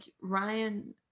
Ryan